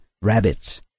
rabbits